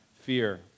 fear